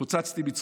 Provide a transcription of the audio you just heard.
התפוצצתי מצחוק.